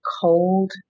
cold